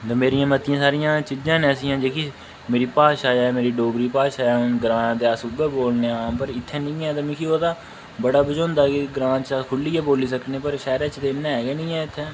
ते मेरियां मतिया सारियां चीजां न ऐसियां जेह्की मेरी भाशा ऐ मेरी डोगरी भाशा ऐ ग्रांऽ ते अस उ'ऐ बोलने आं बट इत्थे नेईं ऐ ते मिगी ओह्दा बड़ा बझोंदा कि ग्रांऽ च अस खुल्लियै बोली सकने पर शैह्रा च ते ऐ गै नेईं ऐ इत्थैं